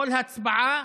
כל הצבעה,